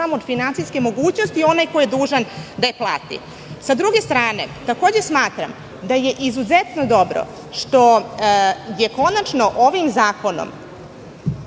od finansijske mogućnosti onog koji je dužan da je plati. Sa druge strane, takođe smatram da je izuzetno dobro što smo konačno ovim zakonom